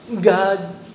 God